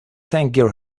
tangier